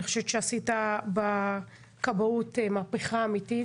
אני חושבת שעשית בכבאות מהפכה אמיתית.